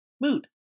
mood